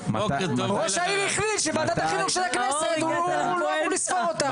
ראש העיר החליט שוועדת החינוך של הכנסת הוא לא אוהב לספור אותה.